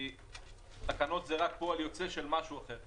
כי תקנות זה רק פועל יוצר של משהו אחר.